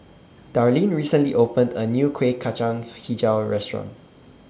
Darleen recently opened A New Kueh Kacang Hijau Restaurant